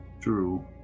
true